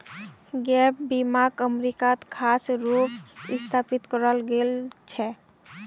gap बीमाक अमरीकात खास रूप स स्थापित कराल गेल छेक